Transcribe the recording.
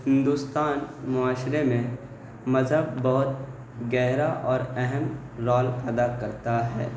ہندوستان معاشرے میں مذہب بہت گہرا اور اہم رول ادا کرتا ہے